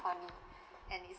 funny and is